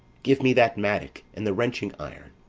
give me that mattock and the wrenching iron.